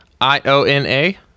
I-O-N-A